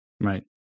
Right